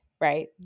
right